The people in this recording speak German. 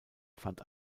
fand